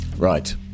Right